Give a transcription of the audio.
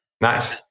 Nice